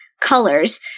colors